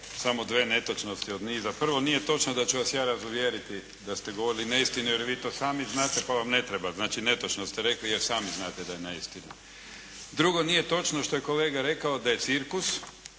Samo dvije netočnosti od niza. Prvo, nije točno da ću vas ja razuvjeriti da ste govorili neistinu, jer vi to sami znate pa vam ne treba. Znate netočno ste rekli, jer sami znate da je neistina. Drugo, nije točno što je kolega rekao da je cirkus.